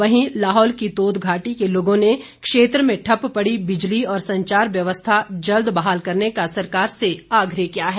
वहीं लाहौल की तोद घाटी के लोगों ने क्षेत्र में ठप्प पड़ी बिजली और संचार व्यवस्था जल्द बहाल करने का सरकार से आग्रह किया है